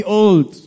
old